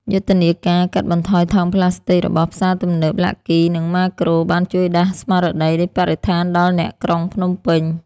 យុទ្ធនាការ "កាត់បន្ថយថង់ប្លាស្ទិក" របស់ផ្សារទំនើប ឡាក់គី (Lucky) និង ម៉ាក្រូ (Makro) បានជួយដាស់ស្មារតីបរិស្ថានដល់អ្នកក្រុងភ្នំពេញ។